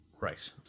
Right